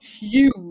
huge